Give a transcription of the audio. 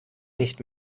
nicht